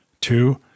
Two